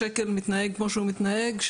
שקל מתנהג כמו שהוא מתנהג,